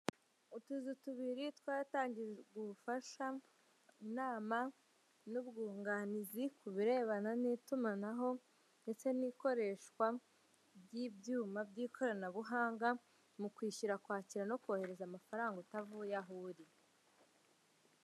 Utuzu tubiri tw'ahatangirwa ubufasha, inama, n'ubwunganizi, ku birebena n'itumanaho ndetse n'ikoreshwa ry'ibyuma by'ikoranabuhanga, mu kwishyura, kwakira, no kohereza amafaranga, utavuye aho uri.